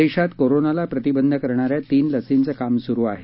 देशात कोरोनाला प्रतिबंध करणाऱ्या तीन लसींचं काम सुरु आहे